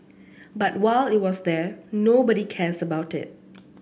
but while it was there nobody cares about it